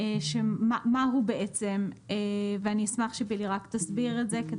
מה הוא בעצם, ואני אשמח שבילי רק תסביר את זה.